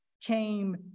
came